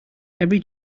every